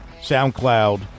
SoundCloud